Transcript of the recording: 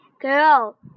girl